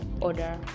order